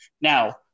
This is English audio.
Now